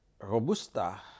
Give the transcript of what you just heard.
Robusta